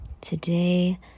Today